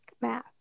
math